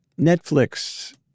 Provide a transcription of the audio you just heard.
netflix